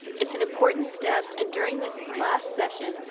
it's an important step, and during this last session,